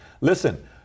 Listen